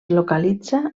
localitza